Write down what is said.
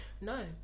No